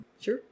Sure